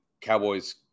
Cowboys